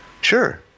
Sure